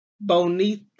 bonita